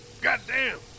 Goddamn